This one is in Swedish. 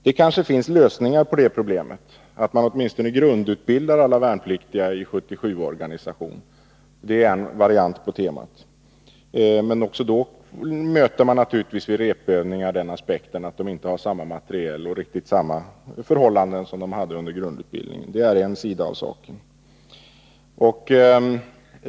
Det kanske finns lösningar på det problemet, nämligen att man åtminstone grundutbildar alla värnpliktiga i 77-organisation. Det är en variant på temat. Men också då möter man naturligtvis vid repövningar aspekten att de inte har samma materiel och inte Meddelande om riktigt samma förhållanden som de hade under grundutbildningen. Det är en sida av saken.